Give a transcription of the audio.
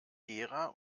gera